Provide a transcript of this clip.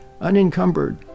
unencumbered